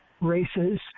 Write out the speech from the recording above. races